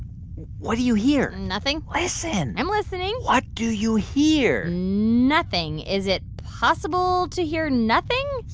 what do you hear? nothing listen i'm listening what do you hear? nothing. is it possible to hear nothing?